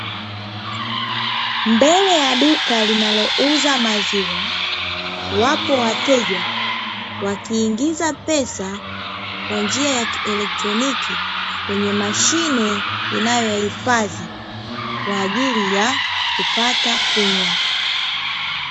Mbele ya duka linalouza maziwa, wapo wateja wakiingiza pesa kwa njia ya kielektroniki kwenye mashine inayoyahifadhi kwa ajili ya kupata kunywa.